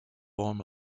form